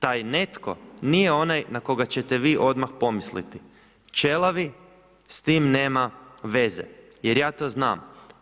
Taj netko nije onaj na koga ćete vi odmah pomisliti, ćelavi s tim nema veze jer ja to znam.